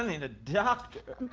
i mean a doctor.